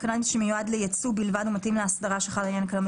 "הקנאביס שמיועד לייצוא בלבד מתאים לאסדרה שחלה לעניין קנאביס